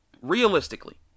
realistically